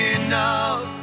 enough